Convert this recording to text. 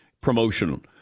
promotion